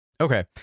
Okay